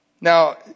Now